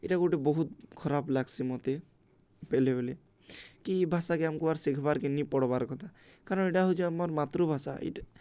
ଏଇଟା ଗୋଟେ ବହୁତ ଖରାପ ଲାଗ୍ସି ମୋତେ ବେଲେ ବେଲେ କି ଏଇ ଭାଷାକେ ଆମକୁ ଆର୍ ହେଉଛି ଆମର ମାତୃଭାଷା ଏଇଟା